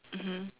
mmhmm